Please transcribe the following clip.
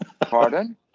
Pardon